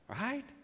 Right